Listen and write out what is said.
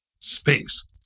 space